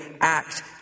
act